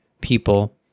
people